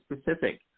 specific